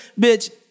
bitch